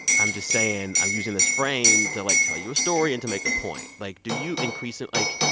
i'm just saying i'm using this frame to, like, tell you a story and to make a point. like, do you increase it? like,